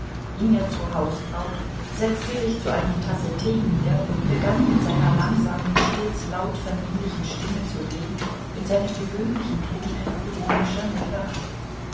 ging er zur hausfrau setzte sich zu einer tasse tee nieder und begann mit seiner langsamen stets laut vernehmlichen stimme zu reden in seinem gewöhnlichen tone ironischer neckerei